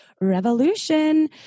revolution